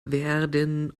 werden